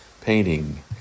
Painting